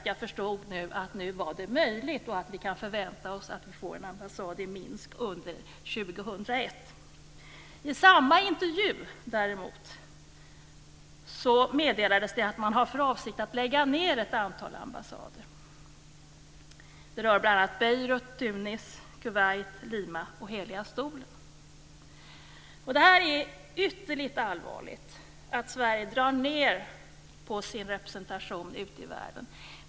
Jag förstod att det nu var möjligt och att vi kan förvänta oss att få en ambassad i Minsk under 2001. I samma intervju meddelades däremot att man har för avsikt att lägga ned ett antal ambassader. Det rör bl.a. Beirut, Tunis, Kuwait, Lima och Heliga stolen. Det är ytterligt allvarligt att Sverige drar ned på sin representation ute i världen.